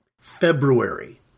February